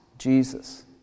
Jesus